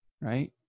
right